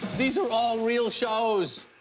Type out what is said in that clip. these are all real shows!